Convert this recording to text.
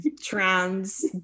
trans